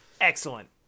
Excellent